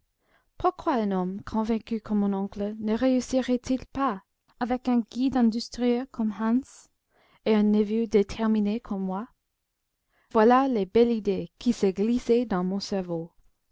un homme convaincu comme mon oncle ne réussirait il pas avec un guide industrieux comme hans et un neveu déterminé comme moi voilà les belles idées qui se glissaient dans mon cerveau